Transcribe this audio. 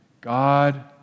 God